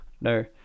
No